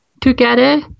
together